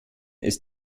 ist